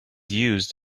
used